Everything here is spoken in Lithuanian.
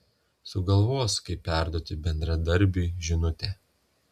sugalvos kaip perduoti bendradarbiui žinutę